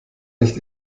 nicht